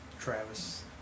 Travis